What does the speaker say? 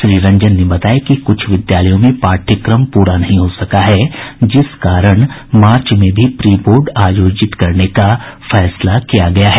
श्री रंजन ने बताया कि कुछ विद्यालयों में पाठ्यक्रम पूरा नहीं हो सका है जिस कारण मार्च में भी प्री बोर्ड आयोजित करने का फैसला किया गया है